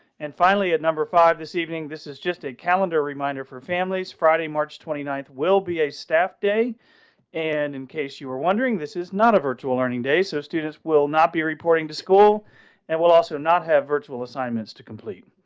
and finally, at number five. this evening. this is just a calendar reminder for families. friday march, twenty ninth will be a staff day and in case you were wondering this is not a virtual learning day, so students will not be reporting to school and will also not have virtual assignments to complete.